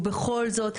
ובכל זאת,